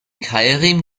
keilriemen